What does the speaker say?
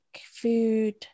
food